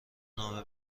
نامه